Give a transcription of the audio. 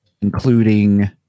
including